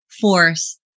force